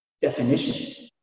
definition